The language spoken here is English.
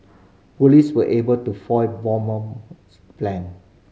police were able to foil bomber's plan